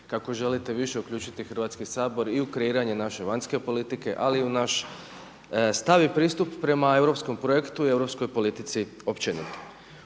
kako želite više uključiti Hrvatski sabor i u kreiranje naše vanjske politike, ali i u naš stav i pristup prema europskom projektu i europskoj politici općenito.